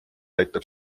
aitab